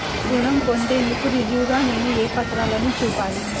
రుణం పొందేందుకు రుజువుగా నేను ఏ పత్రాలను చూపాలి?